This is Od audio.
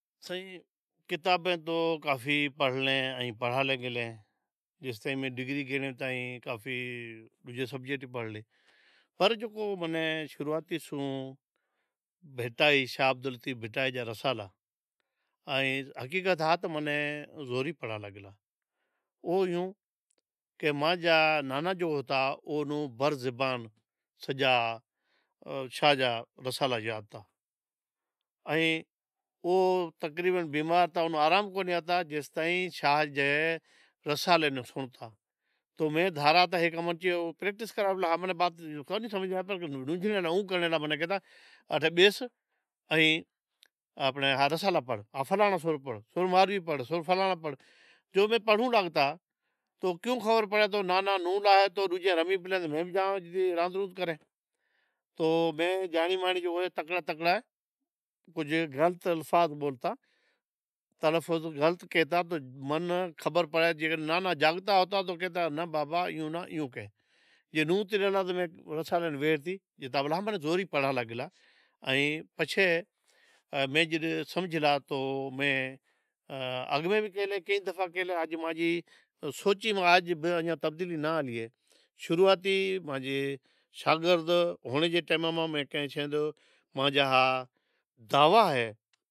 سائیں کتاب تو کافی پڑہ لیں ،ائیں پڑہالیں گیلیں، جیستائیں میں ڈگری گیلیں ،تیستائیں کافی سبجیکٹ پڑہلیں پر امیں شروعات سوں بھٹائی شاہ عبدالطیف بھٹائی جو رسالو ائیں حقیقت ہات منیں زوری پڑہالیں گلا او ایو کہ نانا جو ہتا او برزبان سجا شاہ جا رسالا یاد ھتا ۔ ائیں او جیستائیں بیمار ہتا تیستائیں آرام ناں آتا جیستائیں شاہ جا رسالے میں سنڑتا ، تو میں دھاراتا پریکٹس کرنڑلے ہیک بات کونی سمجھیا تں بھی کہتا کہ اچھا بیس رسالا پڑہ فلانڑا سر پڑہ سر مارئی پڑہ سر فلانڑا پڑہ تو میں پڑہنڑ لاگتا تو کیوں خبر پڑے کہ ناں ناں نون آوے تو تو میں جانڑی بانڑی تکڑا تکڑا کجھ غلط الفاظ بولتا، تلفظ غلط کہتا تو ماناں خبر پڑے جیکڈنہں نانا جاگتا ہتا تو کہتا ناں بابا اہیو ناں اہیو کہہ۔ جئی نوتے ریتا تو مین رسالین ویڑتی جتا بولا۔ ائیں پچھے میں جڈنہں سمجھ راکھتو ائیں میں اگ بھی کئی دفعہ کہے لیں اج مانجی سوچ میں اج بھی کا تبدیلی ناں آئیلی شروعاتی مانجی شاگرد ہینڑ جے ٹیماں ماں میں کنہں شے تو مانجا دعوا ہے